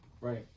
Right